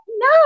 no